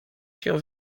się